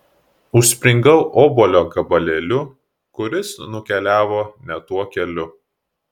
užspringau obuolio gabalėliu kuris nukeliavo ne tuo keliu